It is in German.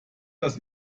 das